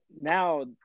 now